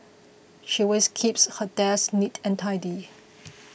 she always keeps her desks neat and tidy